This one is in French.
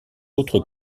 autres